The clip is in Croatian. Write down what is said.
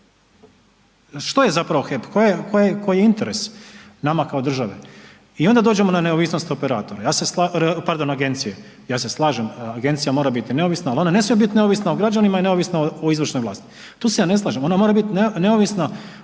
što je zapravo HEP, koji je interes nama kao države? I onda dođemo na neovisnost operatora, pardon agencije, ja se slažem agencija ona mora biti neovisna ali ona ne smije biti neovisna o građanima i neovisna o izvršnoj vlasti, tu se ja ne slažem. Ona mora biti neovisna